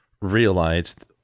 realized